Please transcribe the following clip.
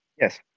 Yes